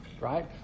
right